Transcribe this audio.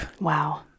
Wow